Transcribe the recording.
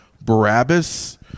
Barabbas